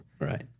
Right